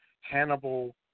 Hannibal